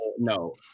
No